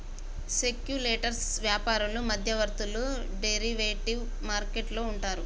speculators వ్యాపారులు మధ్యవర్తులు derivative market లో ఉంటారు